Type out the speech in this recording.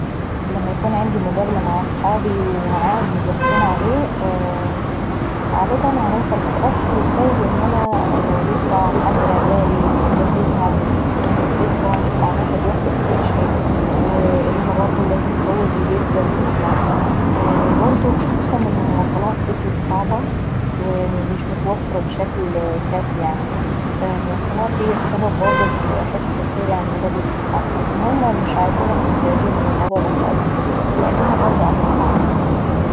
لما يكون عندي مقابلة مع صحابي ومعاد امظبطين عليه عادة باوصل متأخر ابسبب ان انا لسة عنحضر اعيالي ونجهزهم وانلبسهم وعناخد وكت في كل شيء. وان انا برضه لازم انروق البيت قبل ما نطلع. وبرضه خصوصا ان المواصلات بقيت صعبة ومش متوفرة بشكل كافي يعناي، المواصلات هي السبب برضه في حتة تأخيري عن مقابلة اصحابي. لكن هما مش بيكونوا مزعوجين من الموضوع دا خالص لأن هما برضو بيتأخروا عن المعاد.